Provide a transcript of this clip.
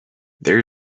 there